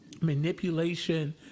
manipulation